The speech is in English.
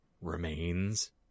remains